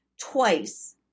twice